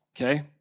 Okay